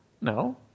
no